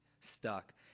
stuck